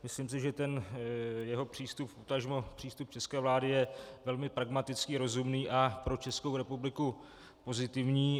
Myslím si, že jeho přístup, potažmo přístup české vlády je velmi pragmatický a rozumný a pro Českou republiku pozitivní.